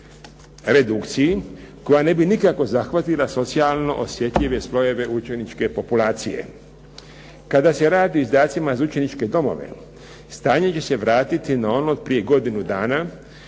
redukciji koja ne bi nikako zahvatila socijalno osjetljive slojeve učeničke populacije. Kada se radi o izdacima za učeničke domove stanje će se vratiti na ono od prije godinu dana